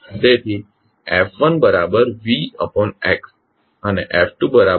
તેથી F1VX અને F2YV